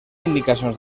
indicacions